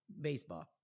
baseball